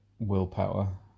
willpower